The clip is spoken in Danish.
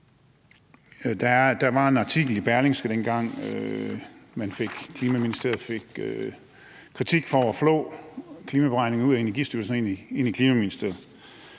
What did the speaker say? Der var en artikel i Berlingske, dengang Klimaministeriet fik kritik for at flå klimaberegningerne ud af Energistyrelsen og ind i Klimaministeriet.